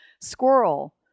squirrel